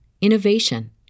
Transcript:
innovation